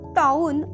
town